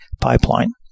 pipeline